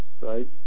right